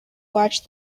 watch